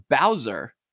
Bowser